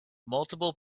multiple